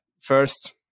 first